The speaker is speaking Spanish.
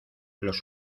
los